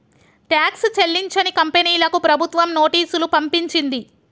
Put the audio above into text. tax చెల్లించని కంపెనీలకు ప్రభుత్వం నోటీసులు పంపించింది